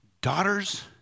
daughters